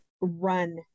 run